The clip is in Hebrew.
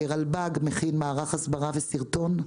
רלב"ד מכין מערך הסברה וסרטון.